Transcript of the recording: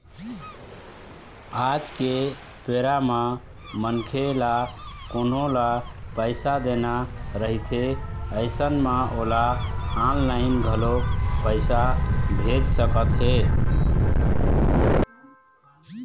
आज के बेरा म मनखे ल कोनो ल पइसा देना रहिथे अइसन म ओला ऑनलाइन घलोक पइसा भेज सकत हे